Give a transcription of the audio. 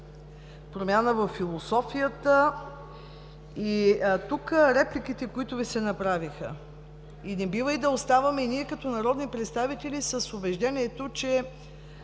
промяна във философията и тук репликите, които се направиха, и не бива и да оставаме и ние като народни представители с убеждението, че